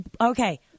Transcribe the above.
Okay